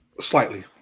Slightly